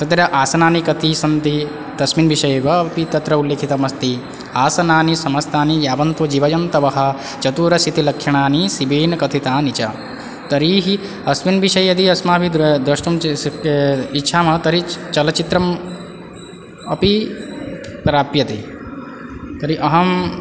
तत्र आसनानि कति सन्ति तस्मिन् विषये वा अपि तत्र उल्लिखितमस्ति आसनानि समस्तानि यावन्तो जिवयन्तवः चतुरशितिलक्षणानि शिवेन कथितानि च तर्हि अस्मिन् विषये यदि अस्माभिः द्र द्रष्टुं शक् इच्छामः तर्हि चलचित्रम् अपि प्राप्यते तर्हि अहं